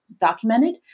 documented